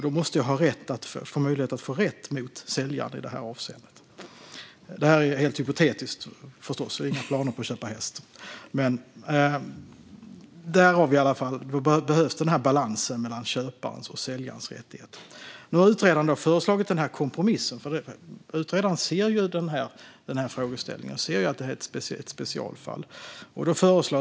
Då måste jag ha möjlighet att få rätt mot säljaren i det avseendet. Detta är förstås helt hypotetiskt - vi har inga planer på att köpa häst. Denna balans mellan köparens och säljarens rättigheter behöver i alla fall finnas. Utredaren har föreslagit denna kompromiss eftersom utredaren ser denna frågeställning och att det rör sig om ett specialfall.